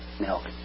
milk